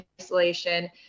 isolation